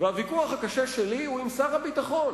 הוויכוח הקשה שלי הוא עם שר הביטחון,